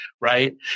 right